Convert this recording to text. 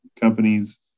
companies